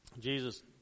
Jesus